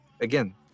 again